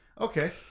Okay